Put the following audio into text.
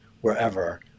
wherever